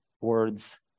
words